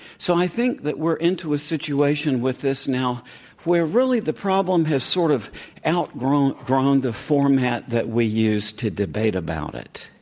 so i think that we're into a situation with this now where really the problem has sort of outgrown the format that we use to debate about it.